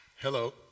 Hello